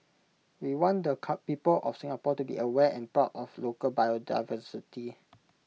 we want the cup people of Singapore to be aware and proud of local biodiversity